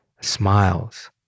smiles